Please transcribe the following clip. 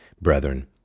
Brethren